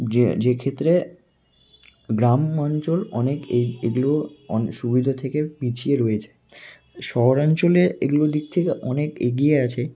যে যে ক্ষেত্রে গ্রাম অঞ্চল অনেক এগুলোর অন সুবিধা থেকে পিছিয়ে রয়েছে শহর অঞ্চলে এগুলোর দিক থেকে অনেক এগিয়ে আছে